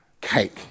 cake